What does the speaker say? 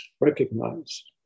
Recognize